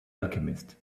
alchemist